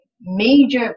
major